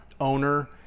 owner